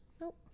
Nope